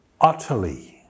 utterly